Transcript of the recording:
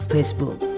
Facebook